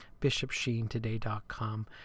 bishopsheentoday.com